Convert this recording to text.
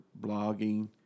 blogging